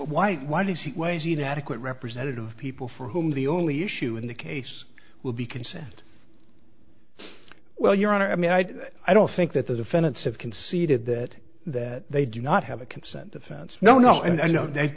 why why does he weighs an adequate representative of people for whom the only issue in the case will be consent well your honor i mean i i don't think that the defendants have conceded that that they do not have a consent defense no no